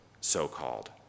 so-called